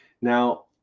Now